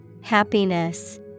Happiness